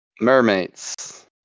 Mermaids